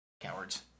Cowards